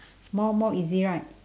more more easy right